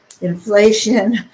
inflation